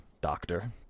doctor